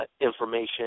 information